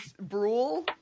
Brule